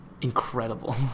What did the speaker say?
incredible